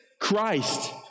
christ